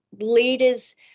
Leaders